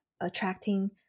attracting